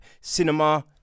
cinema